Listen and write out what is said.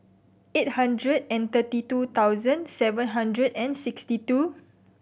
eight hundred and thirty two thousand seven hundred and sixty two